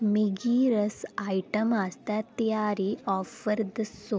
मिगी रस आइटमें आस्तै तेहारी आफर दस्सो